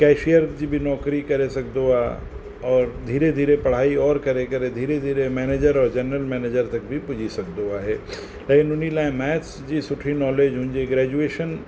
cashier जी बि नौकिरी करे सघंदो आहे और धीरे धीरे पढ़ाई सुर करे करे धीरे धीरे मैनेजर और जनरल मैनेजर तक बि पुजी सघंदो आहे ऐं उन लाइ मैथस जी सुठी नॉलेज हुजे ग्रैजुएशन